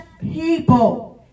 people